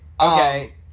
Okay